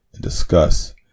discuss